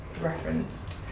referenced